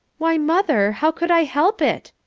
why, mother, how could i help it?